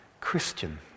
Christian